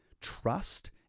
trust